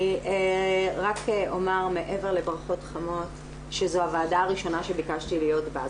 רק אומר מעבר לברכות חמות שזו הוועדה הראשונה שביקשתי להיות בה.